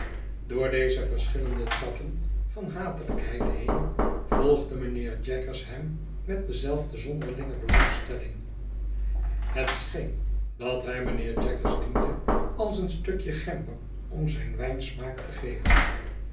door deze verschillende trappen van hatelijkheid heen volgde mijnheer jaggers hem met dezelfde zonderlinge belangstelling het scheen dat hij mijnheer jaggers diende als eenstukje gember om zijn wijn smaak te geven